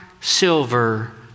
silver